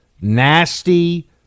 nasty